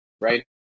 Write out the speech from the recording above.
right